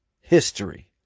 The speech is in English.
history